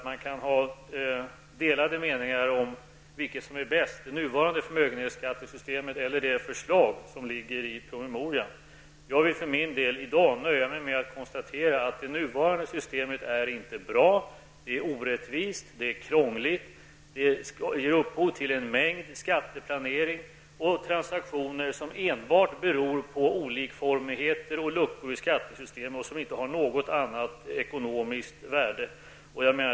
Man kan ha delade meningar om vilket som är bäst, det nuvarande förmögenhetsskattesystemet eller det förslag som förordas i promemorian. För min del nöjer jag mig med att i dag konstatera att det nuvarande systemet inte är bra. Det är orättvist och krångligt, samtidigt som det ger upphov till en mängd skatteplaneringsåtgärder och transaktioner som enbart har sin grund i olikformigheter och luckor i skattesystemet utan något annat ekonomiskt värde.